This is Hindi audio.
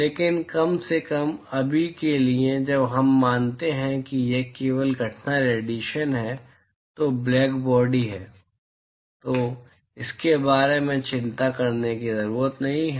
लेकिन कम से कम अभी के लिए जब हम मानते हैं कि यह केवल घटना रेडिएशन है तो ब्लैकबॉडी है हमें इसके बारे में चिंता करने की ज़रूरत नहीं है